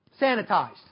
sanitized